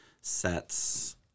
sets